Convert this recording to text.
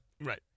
Right